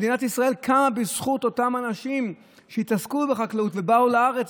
מדינת ישראל קמה בזכות אותם אנשים שהתעסקו בחקלאות ובאו לארץ,